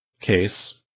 case